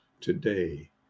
today